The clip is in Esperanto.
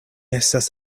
estas